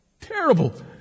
terrible